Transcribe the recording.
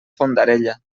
fondarella